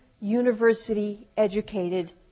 university-educated